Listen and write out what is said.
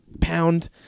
pound